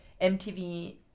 MTV